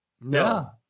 No